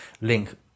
link